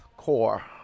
core